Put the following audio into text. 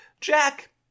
Jack